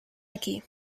aquí